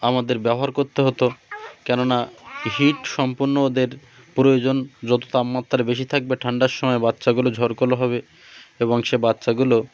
আমাদের ব্যবহার করতে হতো কেননা হিট সম্পূর্ণ ওদের প্রয়োজন যতো তাপমাত্রা বেশি থাকবে ঠান্ডার সময় বাচ্চাগুলো ঝরকলো হবে এবং সে বাচ্চাগুলো